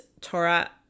Torah